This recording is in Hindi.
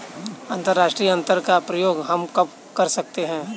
अंतर्राष्ट्रीय अंतरण का प्रयोग हम कब कर सकते हैं?